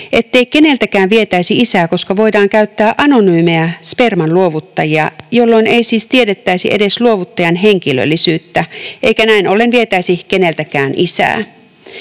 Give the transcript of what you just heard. ettei keneltäkään vietäisi isää, koska voidaan käyttää anonyymejä spermanluovuttajia, jolloin ei siis tiedettäisi edes luovuttajan henkilöllisyyttä eikä näin ollen vietäisi keneltäkään isää.